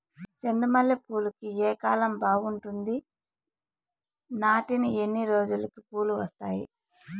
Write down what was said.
చెండు మల్లె పూలుకి ఏ కాలం బావుంటుంది? నాటిన ఎన్ని రోజులకు పూలు వస్తాయి?